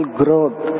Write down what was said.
growth